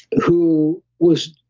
who was.